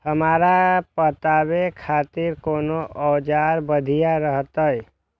हमरा पटावे खातिर कोन औजार बढ़िया रहते?